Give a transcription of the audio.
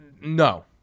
no